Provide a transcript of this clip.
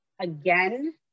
again